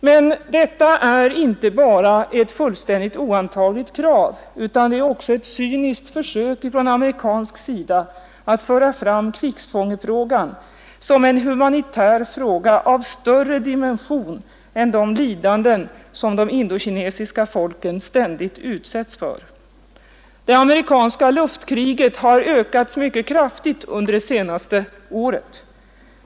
Men detta är inte bara ett fullständigt oantagbart krav utan också ett cyniskt försök från amerikansk sida att föra fram krigsfångefrågan som en humanitär fråga av större dimensioner än de lidanden som de indokinesiska folken ständigt utsätts för. Det amerikanska luftkriget har ökats mycket kraftigt under det senaste året.